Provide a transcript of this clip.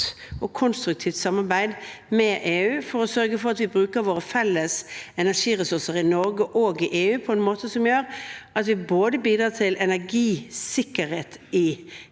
og konstruktivt samarbeid med EU for å sørge for at vi bruker våre felles energiressurser i Norge og i EU på en måte som gjør både at vi bidrar til energisikkerhet i de